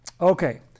Okay